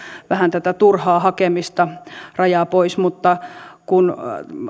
vähän tätä turhaa hakemista rajaa pois mutta kun